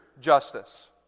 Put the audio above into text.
justice